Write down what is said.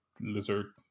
lizard